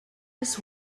his